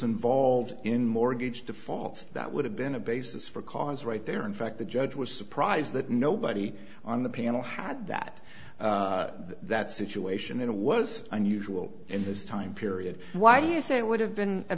involved in mortgage defaults that would have been a basis for cause right there in fact the judge was surprised that nobody on the panel had that that situation it was unusual in this time period why do you say it would have been a